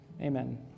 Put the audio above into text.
amen